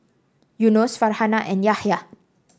Yunos Farhanah and Yahya